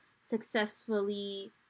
successfully